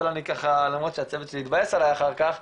אבל למרות שהצוות שלי יתבאס עליי אחר כך,